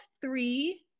three